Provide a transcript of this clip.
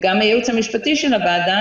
וגם הייעוץ המשפטי של הוועדה,